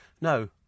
No